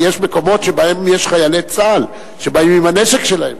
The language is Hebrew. כי יש מקומות שבהם יש חיילי צה"ל שבאים עם הנשק שלהם.